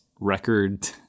record